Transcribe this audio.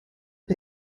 per